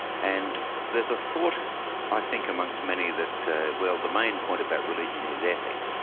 and there's ah thought i think amongst many that well the main point about religion is ethics,